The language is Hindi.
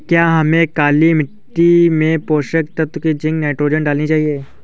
क्या हमें काली मिट्टी में पोषक तत्व की जिंक नाइट्रोजन डालनी चाहिए?